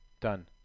Done